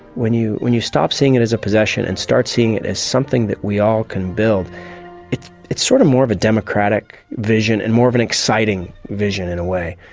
when you when you stop seeing it as a possession and start seeing it as something that we all can build it's it's sort of more of a democratic vision and more of an exciting vision in a way.